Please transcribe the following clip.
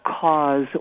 cause